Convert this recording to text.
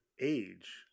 age